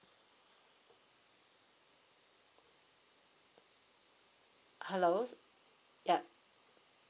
hello ya